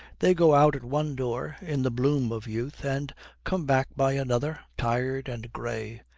they go out at one door in the bloom of youth, and come back by another, tired and grey.